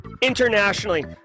internationally